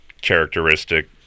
characteristic